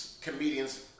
Comedians